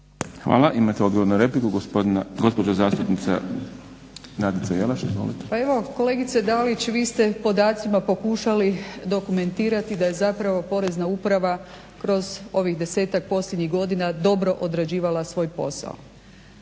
Hvala. Imate odgovor na repliku gospođa zastupnica Nadica Jelaš. Izvolite. **Jelaš, Nadica (SDP)** Pa evo kolegice Dalić vi ste u podacima pokušali dokumentirati da je zapravo Porezna uprava kroz ovih desetak posljednjih godina dobro odrađivala svoj posao.